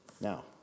Now